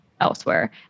elsewhere